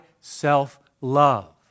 self-love